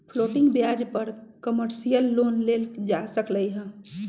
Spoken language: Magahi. फ्लोटिंग ब्याज पर कमर्शियल लोन लेल जा सकलई ह